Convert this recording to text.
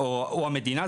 או המדינה,